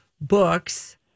books